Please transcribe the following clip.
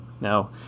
Now